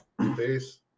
Peace